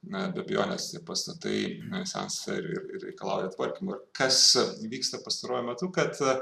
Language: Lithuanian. na be abejonės tie pastatai esąs ir ir reikalauja tvarkymo kas vyksta pastaruoju metu kad